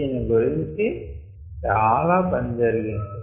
దీని గురించి చాలా పని జరిగింది